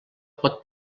pot